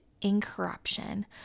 incorruption